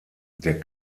der